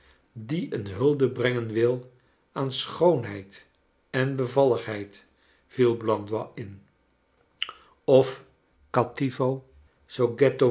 die een hulde brengen wil aan schoonheid en bevalligheid viel blandois in of oattivo